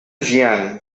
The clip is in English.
jiang